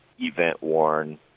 event-worn